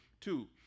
Two